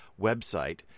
website